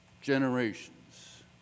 generations